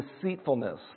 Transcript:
deceitfulness